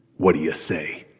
what do you say?